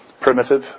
primitive